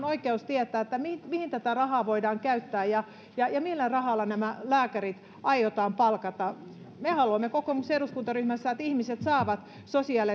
oikeus ja kohtuus että eduskunta saisi tietää mihin tätä rahaa voidaan käyttää ja ja millä rahalla nämä lääkärit aiotaan palkata me haluamme kokoomuksen eduskuntaryhmässä että ihmiset saavat sosiaali